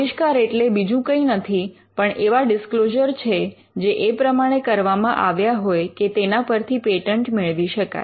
આવિષ્કાર એટલે બીજું કંઈ નથી પણ એવા ડિસ્ક્લોઝર છે જે એ પ્રમાણે કરવામાં આવ્યા હોય કે તેના પરથી પેટન્ટ મેળવી શકાય